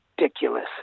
ridiculous